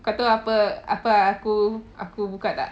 kau tahu apa apa aku aku buka tak